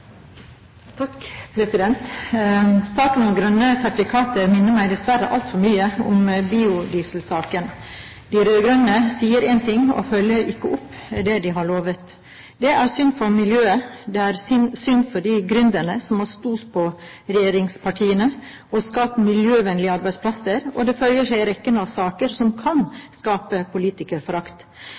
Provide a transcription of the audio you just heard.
minner meg dessverre altfor mye om biodieselsaken. De rød-grønne sier én ting og følger ikke opp det de har lovet. Det er synd for miljøet, det er synd for de gründerne som har stolt på regjeringspartiene og skapt miljøvennlige arbeidsplasser, og det føyer seg inn i rekken av saker som kan skape politikerforakt.